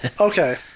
okay